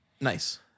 Nice